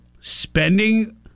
spending